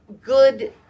good